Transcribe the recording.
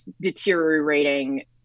deteriorating